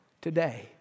today